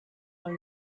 from